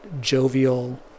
jovial